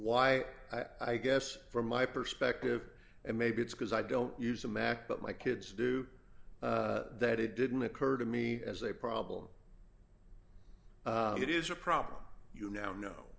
why i guess from my perspective and maybe it's because i don't use a mac but my kids do that it didn't occur to me as a problem it is a problem you now kno